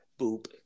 Boop